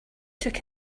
took